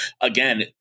again